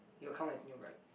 it will count as new ride